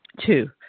Two